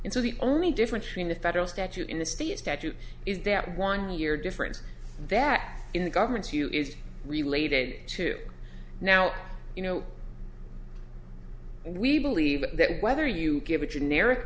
and so the only difference between the federal statute in the state statute is that one year difference there in the government's you is related to now you know we believe that whether you give a generic